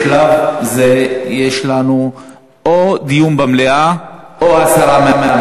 בשלב זה יש לנו או דיון במליאה או הסרה.